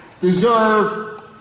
deserve